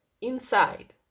inside